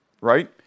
right